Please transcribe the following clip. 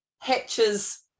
hatches